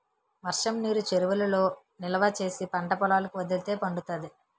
వర్షంనీరు చెరువులలో నిలవా చేసి పంటపొలాలకి వదిలితే పండుతాది